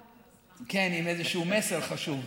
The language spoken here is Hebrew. כן, עם איזשהו מסר חשוב.